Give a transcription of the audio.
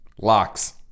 Locks